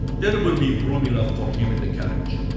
there will be room enough for him in the carriage.